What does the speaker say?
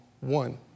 one